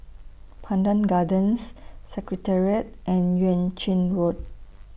Pandan Gardens Secretariat and Yuan Ching Road